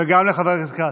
וגם לחבר הכנסת כץ.